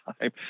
time